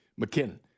McKinnon